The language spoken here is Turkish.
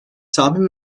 tahmin